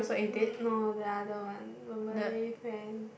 no the other one my Malay friend